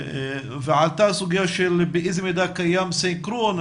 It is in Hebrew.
ועלתה סוגיה באיזה מידע קיים סנכרון.